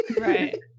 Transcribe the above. right